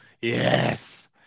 Yes